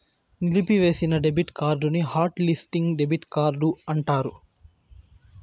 నిలిపివేసిన డెబిట్ కార్డుని hot listing debit card అంటారు